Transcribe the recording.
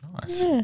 Nice